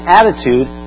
attitude